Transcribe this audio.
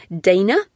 Dana